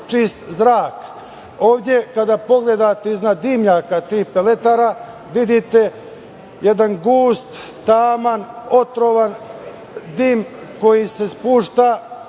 čist vazduh. Ovde, kada pogledate iznad dimnjaka tih peletara, vidite jedan gust, taman, otrovan dim koji se spušta